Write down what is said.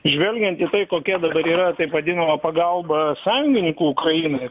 žvelgiant į tai kokia dabar yra taip vadinama pagalba sąjungininkų ukrainai